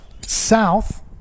South